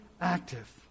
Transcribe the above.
active